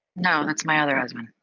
no, that's my other husband.